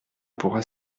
pourra